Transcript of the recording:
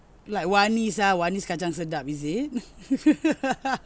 like is it